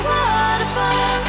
Waterfall